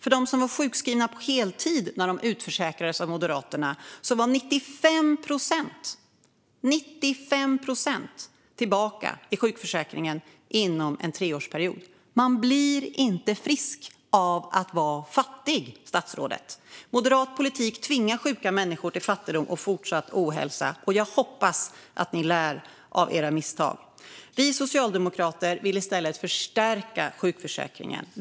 Av dem som var sjukskrivna på heltid när de utförsäkrades av Moderaterna var 95 procent tillbaka i sjukförsäkringen inom en treårsperiod. Man blir inte frisk av att vara fattig, statsrådet! Moderat politik tvingar sjuka människor till fattigdom och fortsatt ohälsa. Jag hoppas att ni lär av era misstag. Vi socialdemokrater vill i stället förstärka sjukförsäkringen.